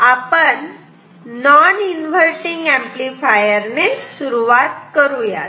आपण non inverting amplifier ने सुरुवात करूयात